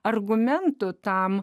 argumentų tam